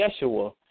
Yeshua